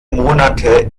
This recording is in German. monate